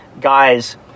Guy's